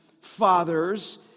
fathers